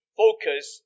focus